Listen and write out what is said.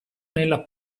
nella